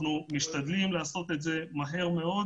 אנחנו משתדלים לעשות את זה מהר מאוד.